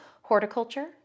horticulture